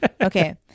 Okay